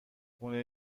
خونه